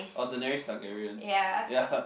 orh Daenerys Targaryen ya